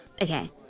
Okay